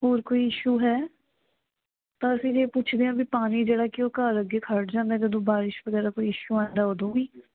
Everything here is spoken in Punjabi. ਹੋਰ ਕੋਈ ਇਸ਼ੂ ਹੈ ਤਾਂ ਅਸੀਂ ਜੇ ਪੁੱਛਦੇ ਹਾਂ ਵੀ ਪਾਣੀ ਜਿਹੜਾ ਕਿ ਉਹ ਘਰ ਅੱਗੇ ਖੜ੍ਹ ਜਾਂਦਾ ਜਦੋਂ ਬਾਰਿਸ਼ ਵਗੈਰਾ ਕੋਈ ਇਸ਼ੂ ਆਉਂਦਾ ਉਦੋਂ ਵੀ